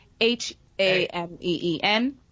H-A-M-E-E-N